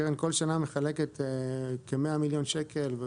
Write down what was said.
הקרן בכל שנה מחלקת כ-100 מיליון שקל.